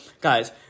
guys